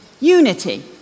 unity